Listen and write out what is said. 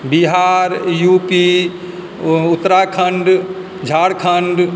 Bihar U P Uttarakhand Jharkhand